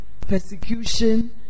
Persecution